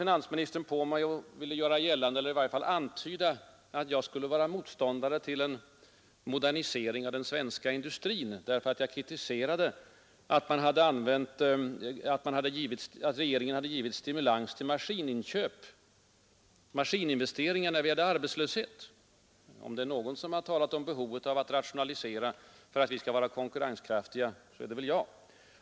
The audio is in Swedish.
Finansministern antydde att jag skulle vara motståndare till en modernisering av den svenska industrin, därför att jag kritiserade att regeringen givit stimulans till maskininvesteringar när vi hade arbetslöshet. Om det är någon som har talat om behovet av att rationalisera för att vi skall vara konkurrenskraftiga, så är det väl jag.